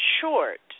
short